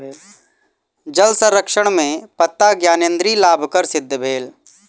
जल संरक्षण में पत्ता ज्ञानेंद्री लाभकर सिद्ध भेल